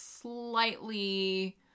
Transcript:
slightly